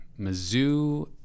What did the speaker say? Mizzou